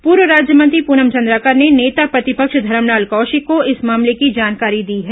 पूर्व राज्यमंत्री पूनम चंद्राकर ने नेता प्रतिपक्ष धरमलाल कौशिक को इस मामले की जानकारी दी है